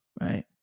right